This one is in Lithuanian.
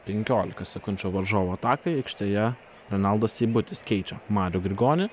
penkiolika sekundžių varžovų atakai aikštėje renaldas seibutis keičia marių grigonį